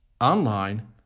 online